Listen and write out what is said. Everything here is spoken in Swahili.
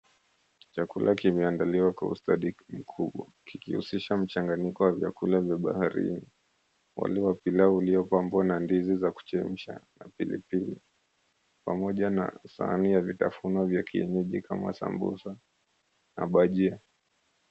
Chakula kimeandaliwa kwa ustadi mkubwa kikihusisha mchanganyiko wa chakula cha baharini, wali wa pilau uliopambwa na ndizi za kuchemsha na pilipili pamoja na sahani ya vitafunio vya kienyeji kama samosa na bajia.